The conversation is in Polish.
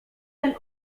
ten